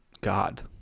God